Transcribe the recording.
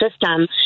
system